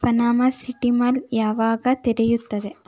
Panama City mall ಯಾವಾಗ ತೆರೆಯುತ್ತದೆ